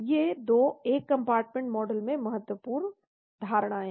ये 2 एक compartment model में महत्वपूर्ण धारणाएं हैं